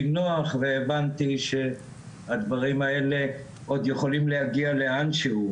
נוח והבנתי שהדברים האלה עוד יכולים להגיע לאנשהו,